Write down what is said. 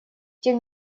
тем